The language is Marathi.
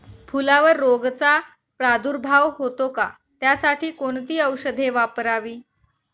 फुलावर रोगचा प्रादुर्भाव होतो का? त्यासाठी कोणती औषधे वापरावी?